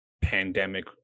pandemic